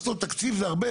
תן דברים מהיום יום.